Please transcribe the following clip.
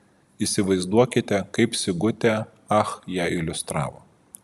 įsivaizduokite kaip sigutė ach ją iliustravo